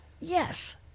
yes